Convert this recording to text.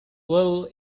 little